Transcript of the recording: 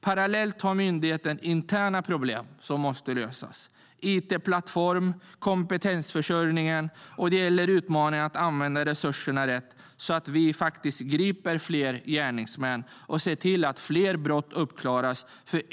Parallellt har myndigheten interna problem som måste lösas. Det gäller it-plattformen, kompetensförsörjningen och utmaningen att använda resurserna rätt så att fler gärningsmän grips och fler brott klaras upp.